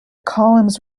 columns